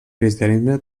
cristianisme